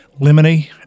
lemony